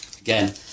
again